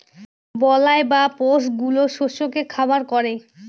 বালাই বা পেস্ট গুলো শস্যকে খারাপ করে